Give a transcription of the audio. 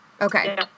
Okay